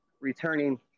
returning